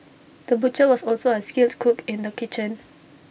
the butcher was also A skilled cook in the kitchen